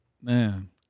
man